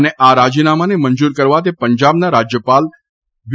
અને આ રાજીનામાને મંજૂર કરવા તે પંજાબના રાજયપાલ વી